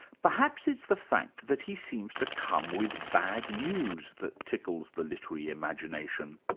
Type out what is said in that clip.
perhaps it's the fact that he seems to come with bad news that tickles the literary imagination.